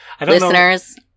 Listeners